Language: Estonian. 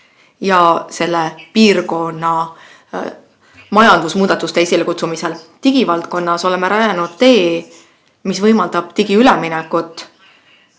ja selle piirkonna majandusmuudatuste esilekutsumiseks. Digivaldkonnas oleme rajanud tee, mis võimaldab digiüleminekut,